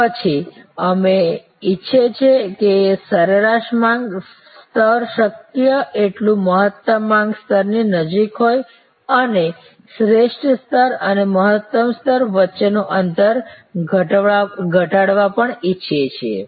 પછી અમે ઈચ્છીએ છીએ કે સરેરાશ માંગ સ્તર શક્ય તેટલું મહત્તમ માંગ સ્તરની નજીક હોય અને અમે શ્રેષ્ઠ સ્તર અને મહત્તમ સ્તર વચ્ચેનું અંતર ઘટાડવા પણ ઈચ્છીએ છીએ